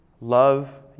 love